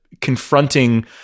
confronting